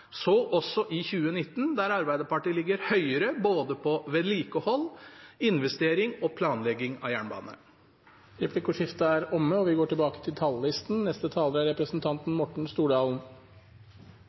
så også i 2019, der Arbeiderpartiet ligger høyere på både vedlikehold, investering og planlegging av jernbane. Replikkordskiftet er omme. Statsbudsjettet for 2019 er